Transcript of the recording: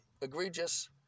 egregious